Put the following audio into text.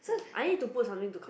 I need to put something to calm